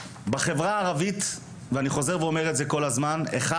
בחברה הערבית ואני חוזר ואומר את זה כל הזמן אחד